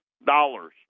dollars